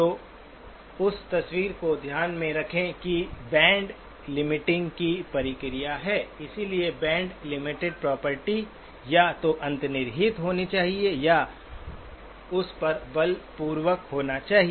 तो उस तस्वीर को ध्यान में रखें कि बैंड लिमिटिंग की प्रक्रिया है इसलिए बैंड लिमिटेड प्रॉपर्टी या तो अंतर्निहित होनी चाहिए या उस पर बलपूर्वक होना चाहिए